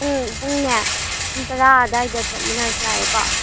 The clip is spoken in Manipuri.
ꯄꯨꯡ ꯄꯨꯡꯅꯦ ꯄꯨꯡ ꯇꯔꯥ ꯑꯗꯨꯋꯥꯏꯗ ꯆꯠꯃꯤꯟꯅꯔꯁꯦ ꯌꯥꯔꯦꯀꯣ